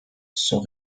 sont